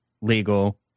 legal